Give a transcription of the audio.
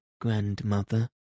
Grandmother